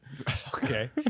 Okay